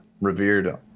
revered